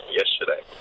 yesterday